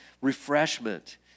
refreshment